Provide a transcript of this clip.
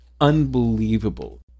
unbelievable